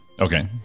Okay